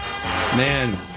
Man